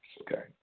Okay